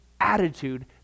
attitude